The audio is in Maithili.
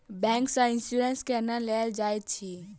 बैंक सँ इन्सुरेंस केना लेल जाइत अछि